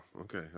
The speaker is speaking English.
okay